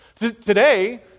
Today